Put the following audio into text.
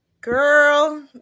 Girl